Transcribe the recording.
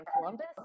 Columbus